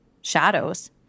shadows